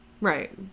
Right